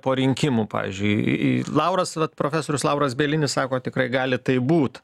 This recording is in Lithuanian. po rinkimų pavyzdžiui i i lauras vat profesorius lauras bielinis sako tikrai gali taip būt